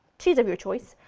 cheese of your choice,